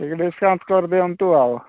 ଟିକେ ଡିସ୍କାଉଣ୍ଟ୍ କରିଦିଅନ୍ତୁ ଆଉ